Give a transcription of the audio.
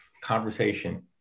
conversation